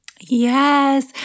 Yes